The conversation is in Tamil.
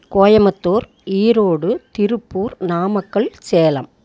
கோயமுத்தூர் ஈரோடு திருப்பூர் நாமக்கல் சேலம்